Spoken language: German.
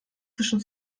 zwischen